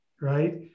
Right